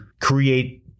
create